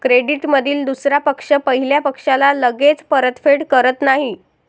क्रेडिटमधील दुसरा पक्ष पहिल्या पक्षाला लगेच परतफेड करत नाही